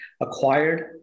acquired